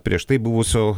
prieš tai buvusio